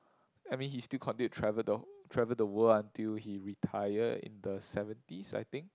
I mean he still continued to travel the travel the world until he retire in the seventies I think